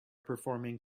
performing